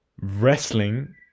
wrestling